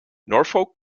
norfolk